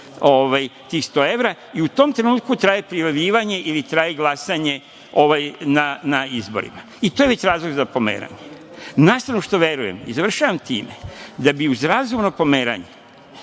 tih sto evra. U tom trenutku traje prijavljivanje ili traje glasanje na izborima. To je već razlog za pomeranje. Na stranu što verujem, i završavam time, da bi uz razumno pomeranje